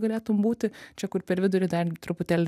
galėtum būti čia kur per vidurį dar truputėlį